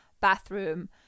bathroom